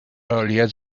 earlier